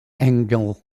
engel